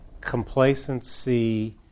complacency